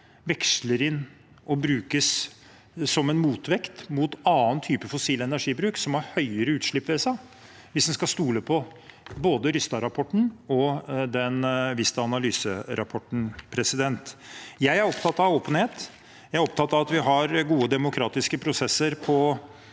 veksles inn og brukes som en motvekt mot annen type fossil energibruk som har høyere utslipp ved seg, hvis en skal stole på både Rystad-rapporten og Vista Analyserapporten. Jeg er opptatt av åpenhet. Jeg er opptatt av at vi har gode, demokratiske prosesser på